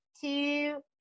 two